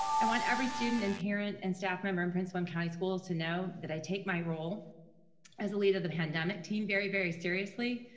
i want every student, and parent, and staff member, in prince william county schools to know, that i take my role as a leader the pandemic team very, very seriously.